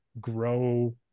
grow